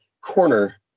corner